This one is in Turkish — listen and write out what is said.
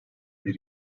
bir